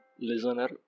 Listener